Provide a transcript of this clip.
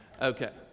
Okay